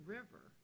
river